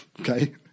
Okay